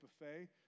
buffet